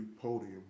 Podium